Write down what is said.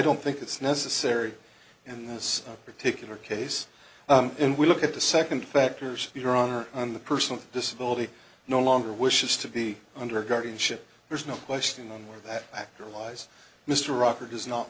don't think it's necessary in this particular case and we look at the second factors your honor and the personal disability no longer wishes to be under guardianship there's no question on where that actor lies mr rocker does not